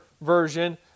version